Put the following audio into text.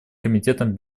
комитетом